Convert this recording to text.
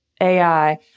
AI